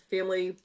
Family